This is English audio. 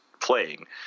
playing